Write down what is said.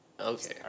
Okay